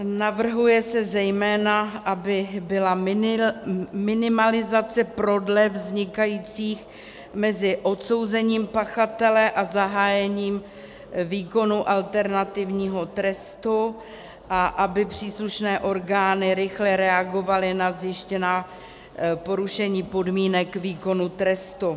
Navrhuje se zejména, aby byla minimalizace prodlev vznikajících mezi odsouzením pachatele a zahájením výkonu alternativního trestu a aby příslušné orgány rychle reagovaly na zjištěná porušení podmínek výkonu trestu.